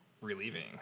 relieving